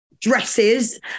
dresses